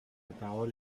parole